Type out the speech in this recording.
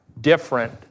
different